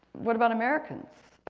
what about americans?